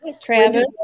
Travis